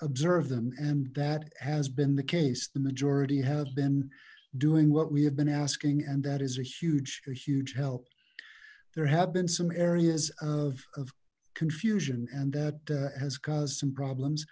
observe them and that has been the case the majority have been doing what we have been asking and that is a huge huge help there have been some areas of confusion and that has caused some